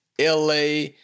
LA